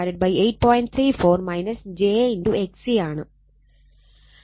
34 j XC ആണ്